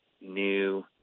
new